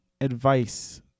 advice